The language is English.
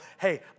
hey